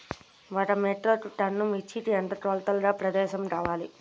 ఒక metric ton మిర్చికి ఎంత కొలతగల ప్రదేశము కావాలీ?